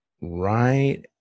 right